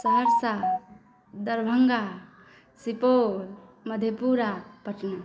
Saharsa Darbhanga Supaul Madhepura Patna